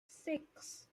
six